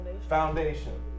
Foundation